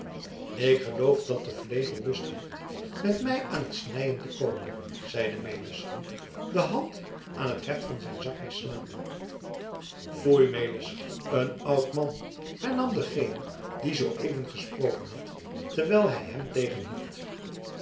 ik geloof dat de vlegel lust heeft met mij aan t snijen te komen zeide melis de hand aan het heft van zijn zakmes slaande foei melis een oud man hernam degene die zooeven gesproken had terwijl hij hem